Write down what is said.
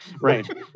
right